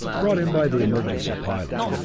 brought in by the emergency pilot.